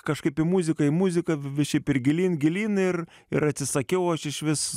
kažkaip į muziką į muziką vis šiaip ir gilyn gilyn ir ir atsisakiau aš išvis